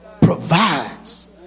provides